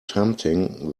tempting